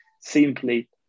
simply